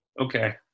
okay